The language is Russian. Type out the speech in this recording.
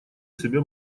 себе